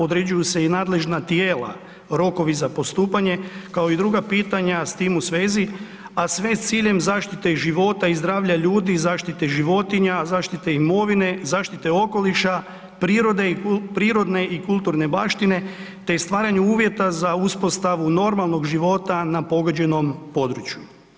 Određuju se i nadležna tijela, rokovi za postupanje, kao i druga pitanja s tim u svezi, a sve s ciljem zaštite života i zdravlja ljudi i zaštite životinja, zaštite imovine, zaštite okoliša, prirodne i kulturne baštine, te stvaranju uvjeta za uspostavu normalnog života na pogođenom području.